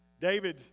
David